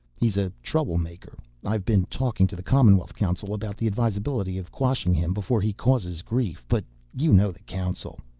he's a troublemaker. i've been talking to the commonwealth council about the advisability of quashing him before he causes grief, but you know the council.